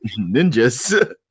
Ninjas